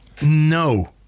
No